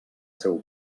seu